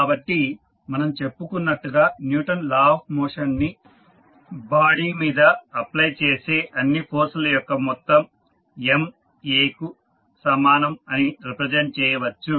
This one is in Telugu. కాబట్టి మనం చెప్పుకున్నట్టుగా న్యూటన్ లా ఆఫ్ మోషన్ ని బాడీ మీద అప్ప్లై చేసే అన్ని ఫోర్స్ ల యొక్క మొత్తం Ma కు సమానం అని రిప్రజెంట్ చేయవచ్చు